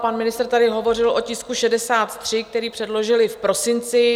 Pan ministr tady hovořil o tisku 63, který předložili v prosinci.